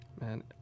man